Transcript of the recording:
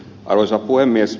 arvoisa puhemies